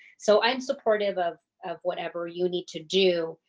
so i'm supportive of of whatever you need to do,